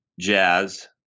Jazz